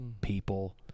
people